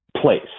place